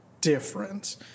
different